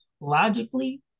logically